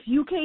UK